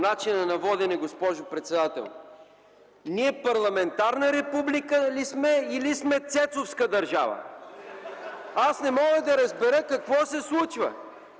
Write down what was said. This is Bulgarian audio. начина на водене, госпожо председател. Ние парламентарна република ли сме, или сме Цецовска държава? (Оживление) Аз не мога да разбера какво се случва